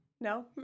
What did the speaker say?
No